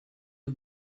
the